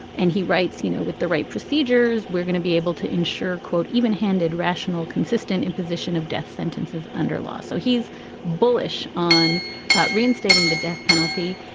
and he writes you know with the right procedures we're going to be able to ensure quote evenhanded rational consistent imposition of death sentences under law. so he's bullish on reinstating the death penalty.